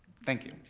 thank you.